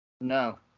No